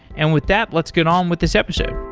and with that, let's get on with this episode.